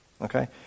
okay